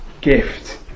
gift